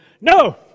No